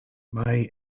mae